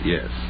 Yes